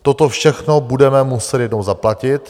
Toto všechno budeme muset jednou zaplatit.